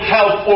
Health